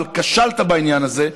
אבל כשלת בעניין הזה.